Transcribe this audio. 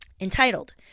Entitled